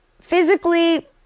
physically